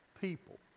people